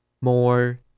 more